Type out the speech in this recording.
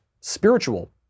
spiritual